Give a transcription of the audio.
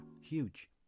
huge